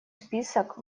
список